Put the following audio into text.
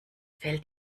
fällt